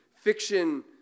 fiction